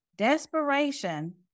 desperation